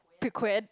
they could add